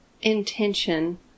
intention